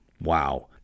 Wow